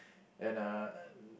and uh